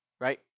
Right